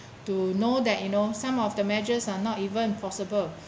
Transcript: to know that you know some of the measures are not even possible